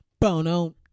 bono